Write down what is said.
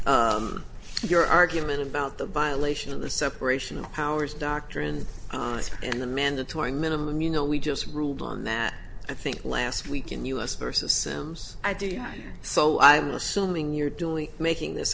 but your argument about the violation of the separation of powers doctrine and the mandatory minimum you know we just ruled on that i think last week in u s versus assumes i do so i'm assuming you're doing making this